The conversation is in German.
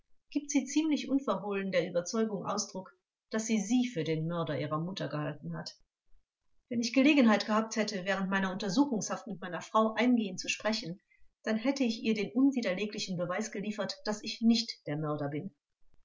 gibt sie ziemlich unverhohlen der überzeugung ausdruck daß sie sie für den mörder ihrer mutter gehalten hat angekl wenn ich gelegenheit gehabt hätte während meiner untersuchungshaft mit meiner frau eingehend zu sprechen dann hätte ich ihr den unwiderleglichen beweis geliefert daß ich nicht der mörder bin